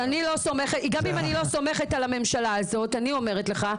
גם אם אני לא סומכת על הממשלה הזאת אני אומרת לך,